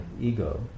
ego